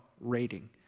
rating